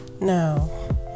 No